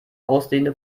aussehende